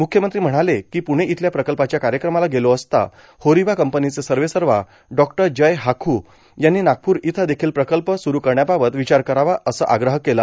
मुख्यमंत्री म्हणाले की पुणे इथल्या प्रकल्पाच्या कार्यक्रमाला गेलो असता होरिबा कंपनीचे सर्वेसर्वा डॉ जय हाखू यांनी नागपूर इथं देखील प्रकल्प सुरू करण्याबाबत विचार करावा असा आग्रह केला